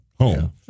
home